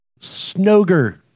Snoger